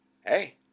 hey